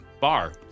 bar